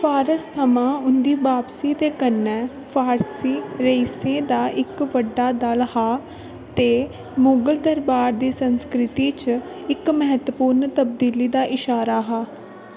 फारस थमां उं'दी बापसी दे कन्नै फारसी रइसें दा इक बड्डा दल हा ते मुगल दरबार दी संस्कृति च इक म्हत्तवपूर्ण तब्दीली दा इशारा हा